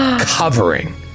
covering